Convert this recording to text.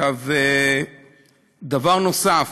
דבר נוסף,